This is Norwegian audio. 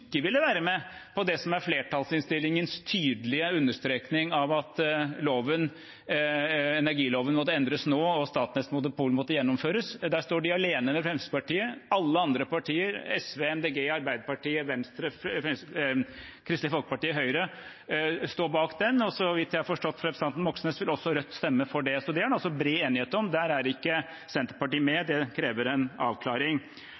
ville være med på det som er flertallsinnstillingens tydelige understreking av at energiloven måtte endres nå, og at Statnetts monopol måtte gjennomføres. Der står de alene med Fremskrittspartiet. Alle andre partier – SV, MDG, Arbeiderpartiet, Venstre, Kristelig Folkeparti og Høyre – står bak den, og så vidt jeg har forstått representanten Moxnes, vil også Rødt stemme for dette. Så det er det altså bred enighet om. Der er ikke Senterpartiet med; det krever en avklaring.